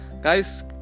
Guys